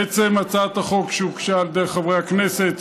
לעצם הצעת החוק שהוגשה על ידי חברי הכנסת,